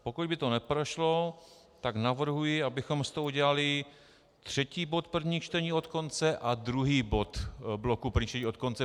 A pokud by to neprošlo, tak navrhuji, abychom z toho udělali třetí bod prvních čtení od konce a druhý bod bloku prvních čtení od konce.